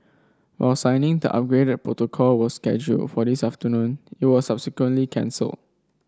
while signing the upgraded protocol was scheduled for this afternoon it was subsequently cancelled